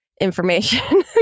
information